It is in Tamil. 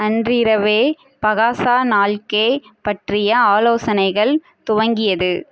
அன்றிரவே பகாஸா நால்கே பற்றிய ஆலோசனைகள் துவங்கியது